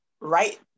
right